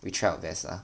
we try our best lah